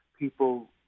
People